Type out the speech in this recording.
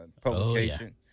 publication